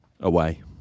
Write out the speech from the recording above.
Away